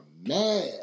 mad